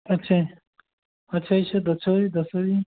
ਅੱਛਾ ਜੀ ਅੱਛਾ ਇੱਥੇ ਦੱਸੋ ਜੀ ਦੱਸੋ ਜੀ